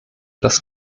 das